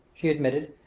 she admitted,